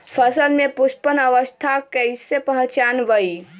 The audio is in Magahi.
फसल में पुष्पन अवस्था कईसे पहचान बई?